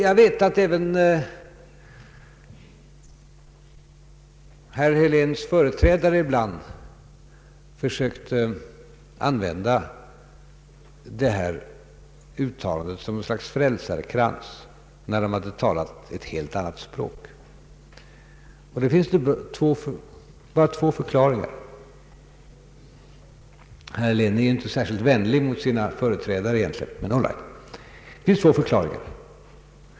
Jag vet att även herr Heléns företrädare ibland försökte använda detta uttalande som ett slags frälsarkrans när man hade talat ett helt annat språk. Herr Helén är egentligen inte särskilt vänlig mot sina företrädare. Det finns två möjligheter.